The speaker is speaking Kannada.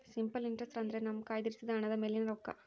ಸಿಂಪಲ್ ಇಂಟ್ರಸ್ಟ್ ಅಂದ್ರೆ ನಮ್ಮ ಕಯ್ದಿರಿಸಿದ ಹಣದ ಮೇಲಿನ ರೊಕ್ಕ